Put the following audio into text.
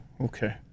Okay